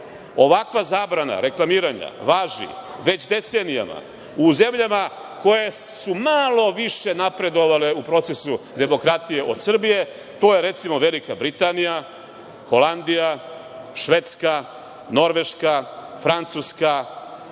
Ovakva zabrana reklamiranja, laži već decenijama, u zemljama koje su malo više napredovale u procesu demokratije od Srbije, to je recimo Velika Britanija, Holandija, Švedska, Norveška, Francuska,